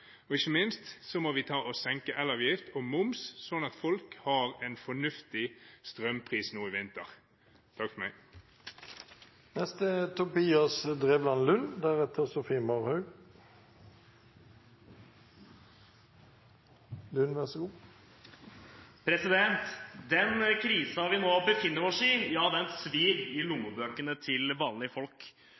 og ikke minst må vi senke elavgift og moms, slik at folk har en fornuftig strømpris nå i vinter. Den krisen vi nå befinner oss i, svir i lommebøkene til vanlige folk. Nylig leste jeg i min lokalavis, Kragerø Blad, om Melina, som sover i stua med ovnen på for å spare strøm. Vi kunne også lese i